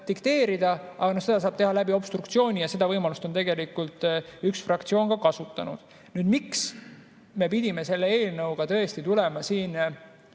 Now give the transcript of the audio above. dikteerida, aga seda saab teha obstruktsiooni abil ja seda võimalust on tegelikult üks fraktsioon ka kasutanud. Nüüd, miks me pidime selle eelnõuga kevadel